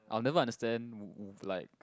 I'll never understand wh~ wh~ like